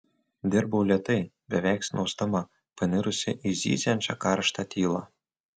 dirbau lėtai beveik snausdama panirusi į zyziančią karštą tylą